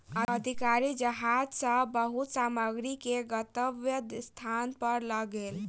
अधिकारी जहाज सॅ बहुत सामग्री के गंतव्य स्थान पर लअ गेल